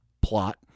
plot